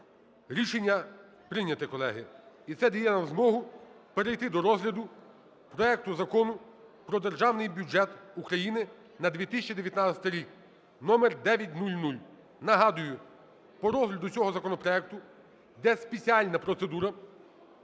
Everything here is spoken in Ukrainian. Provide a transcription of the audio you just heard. Рішення прийнято, колеги. І це дає нам змогу перейти до розгляду проекту Закону про Державний бюджет України на 2019 рік (№ 9000). Нагадую, по розгляду цього законопроекту йде спеціальна процедура: